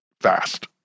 fast